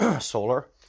solar